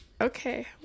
Okay